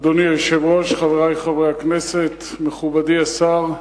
אדוני היושב-ראש, חברי חברי הכנסת, מכובדי השר,